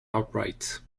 outright